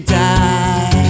die